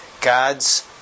God's